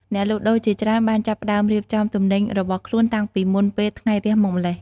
អ្នកលក់ដូរជាច្រើនបានចាប់ផ្តើមរៀបចំទំនិញរបស់ខ្លួនតាំងពីមុនពេលថ្ងៃរះមកម្ល៉េះ។